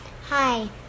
Hi